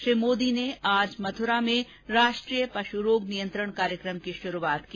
श्री मोदी ने आज मथुरा में राष्ट्रीय पशु रोग नियंत्रण कार्यक्रम की शुरूआत की